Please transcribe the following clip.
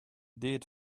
did